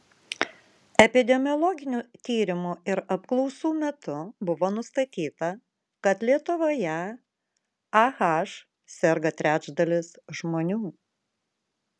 epidemiologinių tyrimų ir apklausų metu buvo nustatyta kad lietuvoje ah serga trečdalis žmonių